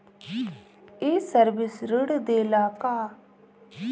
ये सर्विस ऋण देला का?